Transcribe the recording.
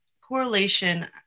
correlation